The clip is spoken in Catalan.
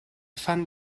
fan